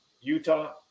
Utah